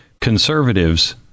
Conservatives